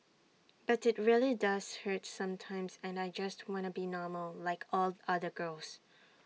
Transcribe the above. but IT really does hurt sometimes and I just wanna be normal like all the other girls